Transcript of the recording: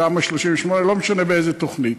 בתמ"א 38, לא משנה באיזה תוכנית,